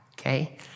okay